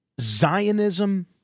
Zionism